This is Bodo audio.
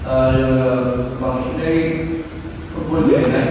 जोङो बांसिनै फुटबल गेलेनाय